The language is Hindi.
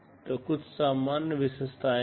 तो ये कुछ सामान्य विशेषताएं हैं